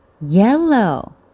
Yellow